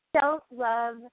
self-love